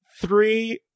three